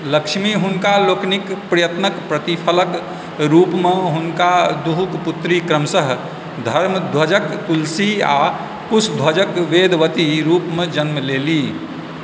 लक्ष्मी हुनका लोकनिक प्रयत्नक प्रतिफलक रूपमे हुनका दुहुक पुत्री क्रमश धर्मध्वजक तुलसी आ कुशध्वजक वेदवती रूपमे जन्म लेलीह